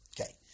Okay